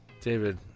David